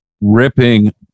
ripping